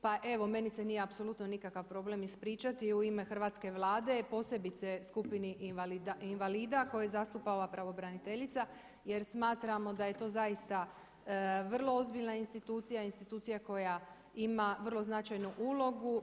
Pa evo, meni se nije apsolutno nikakav problem ispričati i u ime hrvatske Vlade, posebice skupini invalida koje zastupa ova pravobraniteljica jer smatramo da je to zaista vrlo ozbiljna institucija, institucija koja ima vrlo značajnu ulogu.